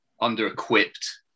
under-equipped